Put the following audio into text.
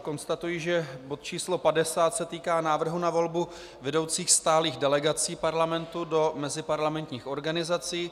Konstatuji, že bod č. 50 se týká návrhu na volbu vedoucích stálých delegací Parlamentu do meziparlamentních organizací.